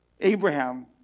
Abraham